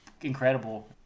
incredible